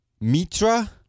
Mitra